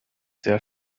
sehr